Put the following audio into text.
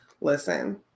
Listen